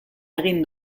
egin